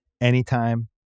Anytime